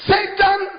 Satan